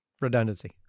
Redundancy